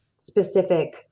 specific